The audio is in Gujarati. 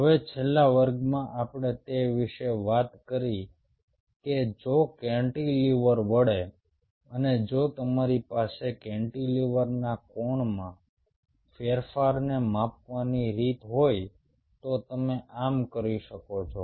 હવે છેલ્લા વર્ગમાં આપણે તે વિશે વાત કરી કે જો કેન્ટિલીવર વળે અને જો તમારી પાસે કેન્ટિલીવરના કોણમાં ફેરફારને માપવાની રીત હોય તો તમે આમ કરી શકો છો